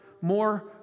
more